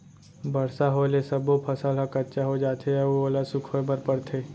बरसा होए ले सब्बो फसल ह कच्चा हो जाथे अउ ओला सुखोए बर परथे